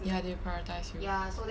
ya they will prioritise you